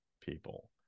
people